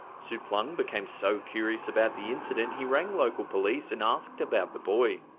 suplang became so curious about the incident he rang local police and asked about the boy.